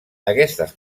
aquestes